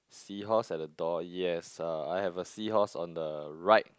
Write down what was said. seahorse at the door yes uh I have a seahorse on the right